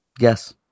Yes